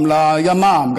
גם לימ"מ,